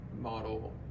model